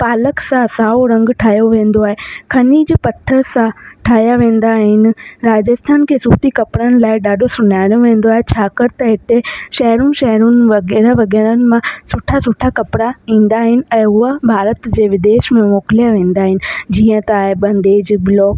पालक सां साओ रंग ठाहियो वेंदो आहे खनीज पथर सां ठाहिया वेंदा आहिनि राजस्थान खे सूती कपिड़नि लाइ ॾाढो सुञाणो वेंदो आहे छाकाणि त हिते शहरनि शहरनि में वग़ैरह वग़ैरनि मां सुठा सुठा कपिड़ा ईंदा आहिनि ऐं उहा भारत जे विदेश में मोकिलिया वेंदा आहिनि जीअं त आहे बंदेज ब्लॉक